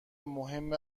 مهم